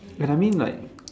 when I mean like